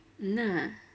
nah